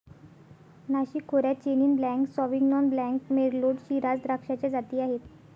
नाशिक खोऱ्यात chenin blanc, sauvignon blanc, merlot, shiraz द्राक्षाच्या जाती आहेत